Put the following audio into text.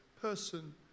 person